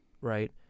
right